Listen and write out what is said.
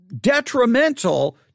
detrimental